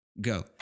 go